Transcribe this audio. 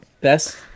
best